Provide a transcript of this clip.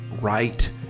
right